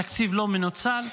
תקציב לא מנוצל,